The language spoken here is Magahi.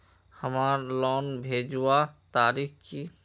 हमार लोन भेजुआ तारीख की?